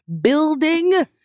building